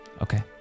Okay